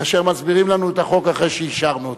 כאשר מסבירים לנו את החוק אחרי שאישרנו אותו.